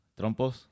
Trompos